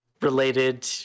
related